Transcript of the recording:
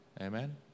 Amen